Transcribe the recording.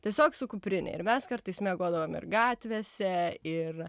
tiesiog su kuprine ir mes kartais miegodavom ir gatvėse ir